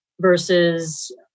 versus